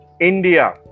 India